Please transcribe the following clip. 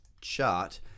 chart